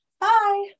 Bye